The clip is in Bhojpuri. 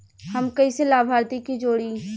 हम कइसे लाभार्थी के जोड़ी?